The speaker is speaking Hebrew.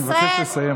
אני מבקש לסיים.